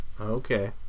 Okay